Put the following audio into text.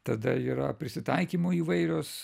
tada yra prisitaikymo įvairios